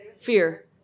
Fear